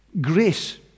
grace